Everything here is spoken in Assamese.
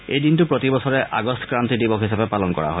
এই দিনটো প্ৰতি বছৰে আগষ্ট ক্ৰান্তি দিৱস হিচাপে পালন কৰা হয়